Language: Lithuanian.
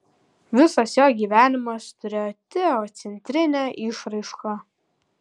visas jo gyvenimas turėjo teocentrinę išraišką